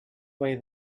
way